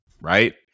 right